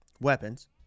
weapons